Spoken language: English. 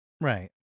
Right